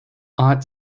ought